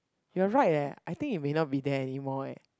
you're right leh I think it may not be there anymore eh